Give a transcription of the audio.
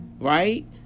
right